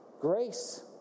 grace